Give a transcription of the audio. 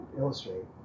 illustrate